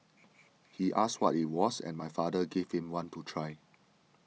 he asked what it was and my father gave him one to try